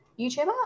YouTuber